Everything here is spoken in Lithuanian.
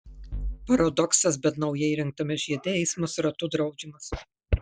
paradoksas bet naujai įrengtame žiede eismas ratu draudžiamas